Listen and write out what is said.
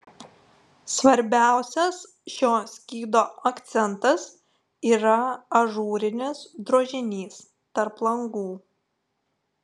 svarbiausias šio skydo akcentas yra ažūrinis drožinys tarp langų